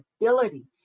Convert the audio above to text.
ability